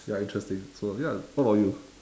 ya interesting so ya what about you